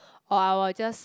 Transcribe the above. or I will just